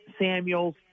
Samuels